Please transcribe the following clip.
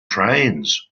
trains